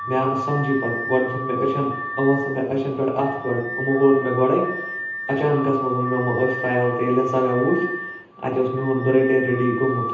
مےٚ آو نہٕ سَمجی پَتہِ گۄڈٕ دِتُکھ مےٚ أچھَن یِمو ہَسا مےٚ أچھَن پٮ۪ٹھ اَتھٕ گۄڈٕ یِمو وون نہٕ مےٚ گۄڈے اَچانکَس مَنٛز وون مےٚ یِمو أچھ تراو یَلہٕ تہٕ ییٚلہِ ہَسا مےٚ وُچھ اَتہِ اوس میون بٔرتھ ڈے ریٚڈی گوٚمُت